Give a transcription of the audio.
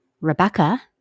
Rebecca